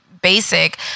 basic